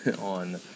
on